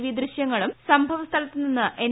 V ദൃശ്യങ്ങളും സംഭവസ്ഥലത്ത് നിന്ന് എൻ